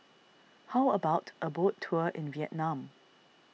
how about a boat tour in Vietnam